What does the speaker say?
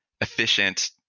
efficient